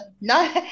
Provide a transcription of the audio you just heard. no